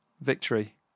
victory